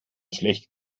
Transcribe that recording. schlecht